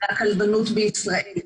מהכלבנות בישראל.